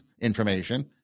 information